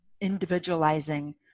individualizing